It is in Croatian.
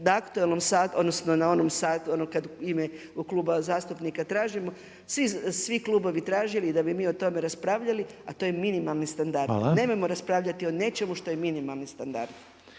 na aktualnom satu, odnosno ono kad u ime kluba zastupnika tražimo svi klubovi tražili i da bi mi o tome raspravljali, a to je minimalni standard. …/Upadica Reiner: Hvala./… Nemojmo raspravljati o nečemu što je minimalni standard.